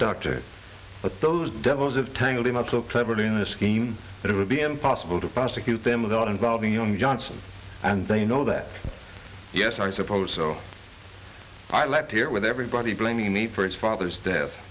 doctor but those devils of tangled him up so cleverly in the scheme that it would be impossible to prosecute them without involving young johnson and they know that yes i suppose so i left here with everybody blaming me for his father's death